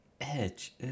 Edge